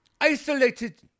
Isolated